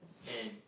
and